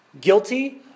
guilty